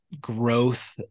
growth